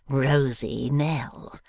rosy nell.